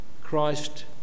Christ